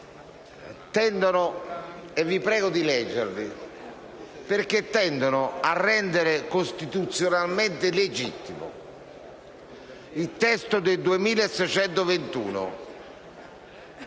tendono a rendere costituzionalmente legittimo il testo del